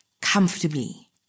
comfortably